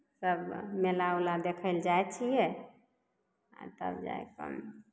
सब मेला ऊला देखै लऽ जाइ छियै आ तब जा कऽ